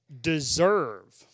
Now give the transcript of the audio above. deserve